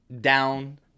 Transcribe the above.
down